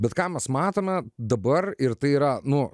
bet ką mes matome dabar ir tai yra nu